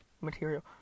material